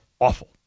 awful